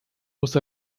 muss